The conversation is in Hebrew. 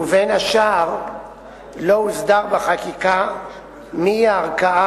ובין השאר לא הוסדרה החקיקה בשאלה מהי הערכאה